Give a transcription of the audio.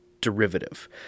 derivative